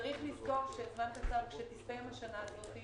צריך לזכור שכשתסתיים השנה הזאת,